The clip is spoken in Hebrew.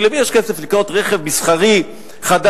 כי למי יש כסף לקנות רכב מסחרי חדש?